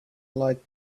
light